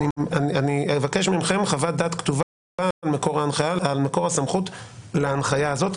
אני אבקש מכם חוות דעת כתובה על מקור הסמכות להנחיה הזאת,